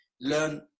Learn